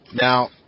Now